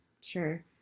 Sure